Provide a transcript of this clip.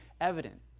evident